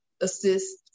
assist